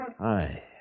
Hi